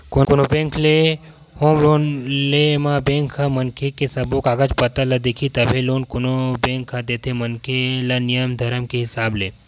कोनो बेंक ले home loan ले म बेंक ह मनखे के सब्बो कागज पतर ल देखही तभे लोन कोनो बेंक ह देथे मनखे ल नियम धरम के हिसाब ले